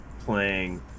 playing